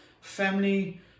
family